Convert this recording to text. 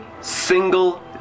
single